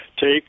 take